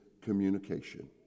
communication